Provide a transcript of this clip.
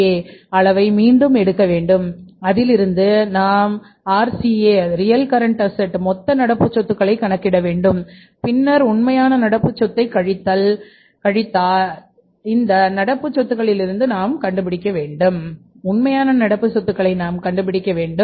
ஏ மொத்த நடப்பு சொத்துக்களைக் கணக்கிட வேண்டும் பின்னர் உண்மையான நடப்பு சொத்தை கழித்தல் என்பது மொத்த நடப்பு சொத்துகளிலிருந்து நாம் கண்டுபிடிக்க வேண்டும் உண்மையான நடப்பு சொத்துக்களை நாம் கண்டுபிடிக்க வேண்டும்